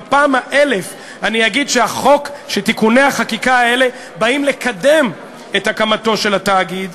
בפעם האלף אני אגיד שתיקוני החקיקה האלה באים לקדם את הקמתו של התאגיד.